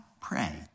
pray